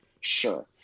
Sure